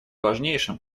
важнейшим